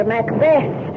Macbeth